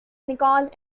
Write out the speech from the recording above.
nicole